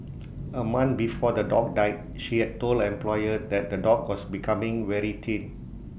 A month before the dog died she had told the employer that the dog was becoming very thin